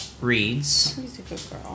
reads